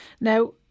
Now